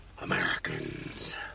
Americans